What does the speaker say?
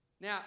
Now